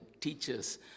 teachers